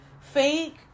Fake